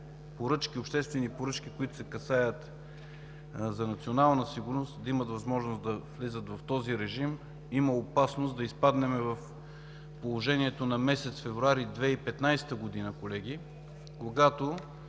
обществени поръчки, които касаят националната сигурност, да влизат в този режим, има опасност да изпаднем в положението на месец февруари 2015 г., колеги, когато